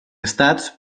estats